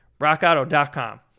RockAuto.com